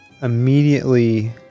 immediately